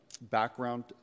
background